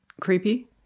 creepy